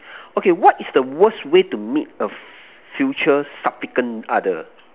okay what is the worst way to meet a future significant other